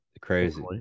Crazy